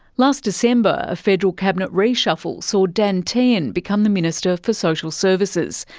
last december, a federal cabinet reshuffle saw dan tehan become the minister for social services.